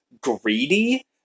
greedy